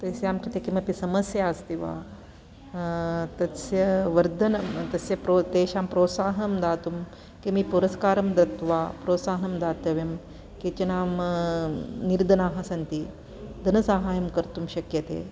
तेषां कृते किमपि समस्या अस्ति वा तस्य वर्धने तस्य प्रो तेषां प्रोत्साहं दातुं किमि परस्कारं दत्वा प्रोत्साहं दातव्यं केचन निर्धनाः सन्ति धनसहायं कर्तुं शक्यते